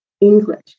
English